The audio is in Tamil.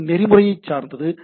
அது நெறிமுறை சார்ந்தது